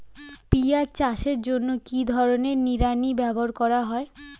পিঁয়াজ চাষের জন্য কি ধরনের নিড়ানি ব্যবহার করা হয়?